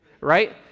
right